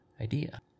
idea